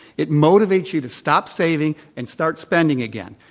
it motivates you to stop saving and start spending again.